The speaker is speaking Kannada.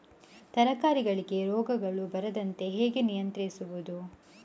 ತರಕಾರಿಗಳಿಗೆ ರೋಗಗಳು ಬರದಂತೆ ಹೇಗೆ ನಿಯಂತ್ರಿಸುವುದು?